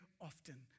often